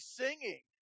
singing